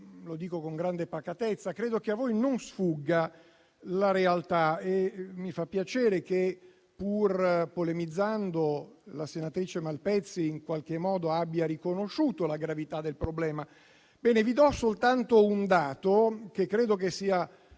lo dico con grande pacatezza - che a voi non sfugga la realtà e mi fa piacere che, pur polemizzando, la senatrice Malpezzi in qualche modo abbia riconosciuto la gravità del problema. Vi do soltanto un dato che credo sia